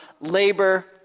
labor